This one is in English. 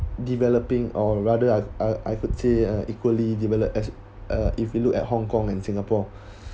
developing or rather I I I could say uh equally develop as a if you look at hong kong and singapore